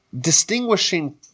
distinguishing